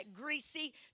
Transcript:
greasy